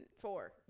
Four